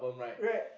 rack